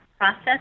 process